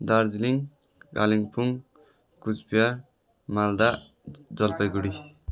Darjeeling Kalimpong Cooch Behar Malda Jalpaiguri